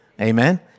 amen